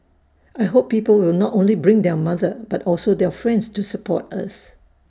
I hope people will not only bring their mother but also their friends to support us